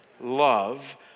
love